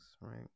right